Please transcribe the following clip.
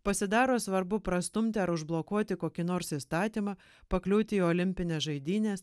pasidaro svarbu prastumti ar užblokuoti kokį nors įstatymą pakliūti į olimpines žaidynes